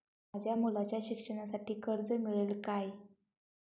माझ्या मुलाच्या शिक्षणासाठी कर्ज मिळेल काय?